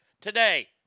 today